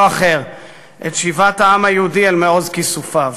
אחר את שיבת העם היהודי אל מעוז כיסופיו.